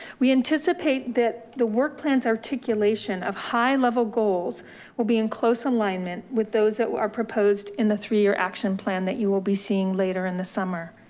we anticipate that the work plan's articulation of high level goals will be in close alignment with those that are proposed in the three-year action plan that you will be seeing later in the summer.